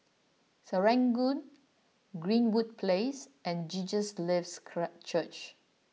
Serangoon Greenwood Place and Jesus Lives clark Church